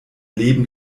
leben